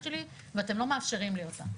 שלי ואתם לא מאפשרים לי לעשות אותה.